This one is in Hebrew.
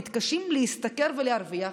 מתקשים להשתכר ולהרוויח.